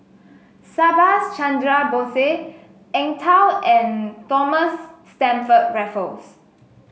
Subhas Chandra Bose Eng Tow and Thomas Stamford Raffles